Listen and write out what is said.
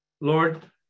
Lord